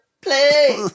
play